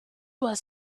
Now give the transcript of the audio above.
was